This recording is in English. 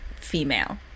female